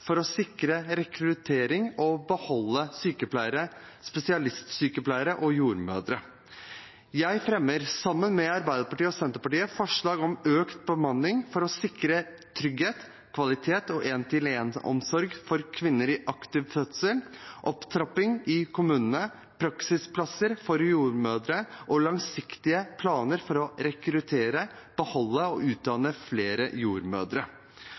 for å sikre rekruttering og for å beholde sykepleiere, spesialsykepleiere og jordmødre. Jeg og SV fremmer, sammen med Arbeiderpartiet og Senterpartiet, forslag om økt bemanning for å sikre trygghet, kvalitet og én-til-én-omsorg for kvinner i aktiv fødsel, opptrapping i kommunene, praksisplasser for jordmødre og langsiktige planer for å rekruttere, beholde og utdanne flere jordmødre.